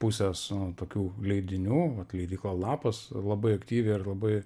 pusės tokių leidinių leidykla lapas labai aktyviai ir labai